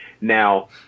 Now